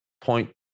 point